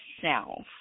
self